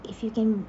if you can